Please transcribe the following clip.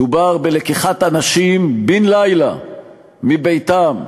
דובר בלקיחת אנשים בן-לילה מביתם,